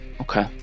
Okay